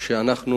שאנחנו